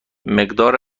مقدار